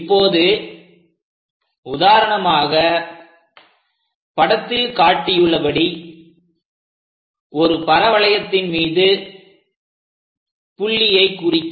இப்போது உதாரணமாக படத்தில் காட்டியுள்ளபடி ஒரு பரவளையத்தின் மீது புள்ளி குறிக்க